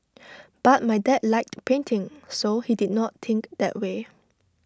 but my dad liked painting so he did not think that way